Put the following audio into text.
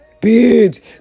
bitch